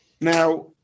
Now